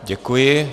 Děkuji.